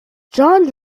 john